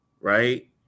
right